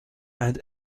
and